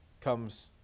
comes